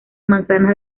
manzanas